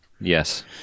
Yes